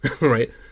right